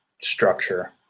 structure